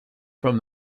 from